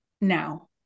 now